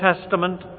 Testament